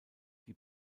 die